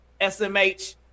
SMH